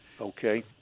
Okay